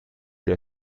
der